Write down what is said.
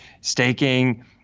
staking